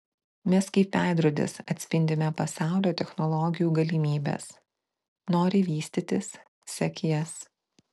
mes kaip veidrodis atspindime pasaulio technologijų galimybes nori vystytis sek jas